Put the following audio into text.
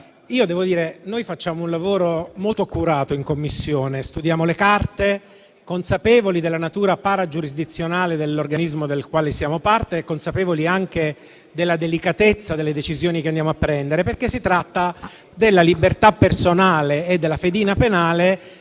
facciamo un lavoro molto accurato. Studiamo le carte, consapevoli della natura paragiurisdizionale dell'organismo del quale siamo parte e anche della delicatezza delle decisioni che prendiamo, perché si tratta della libertà personale e della fedina penale